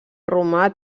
romà